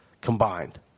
combined